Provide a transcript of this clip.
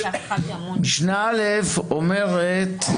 משנה א' אומרת: